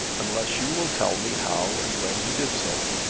unless you will tell me how and when he did so?